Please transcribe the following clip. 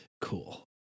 Cool